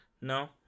No